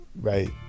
right